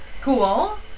Cool